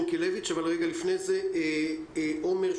שמענו ד', ה',